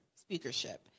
speakership